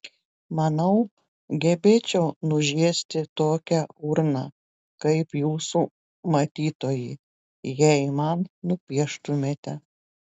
manau gebėčiau nužiesti tokią urną kaip jūsų matytoji jei man nupieštumėte